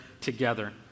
together